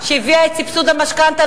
שהביאה את סבסוד המשכנתה,